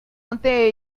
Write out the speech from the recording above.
ante